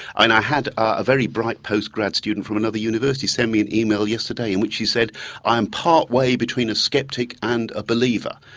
and i had a very bright post-grad student from another university send me an email yesterday in which he said i am part way between a skeptic and a believer.